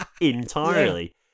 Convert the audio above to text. entirely